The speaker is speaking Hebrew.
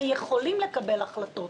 ויכולים לקבל החלטות.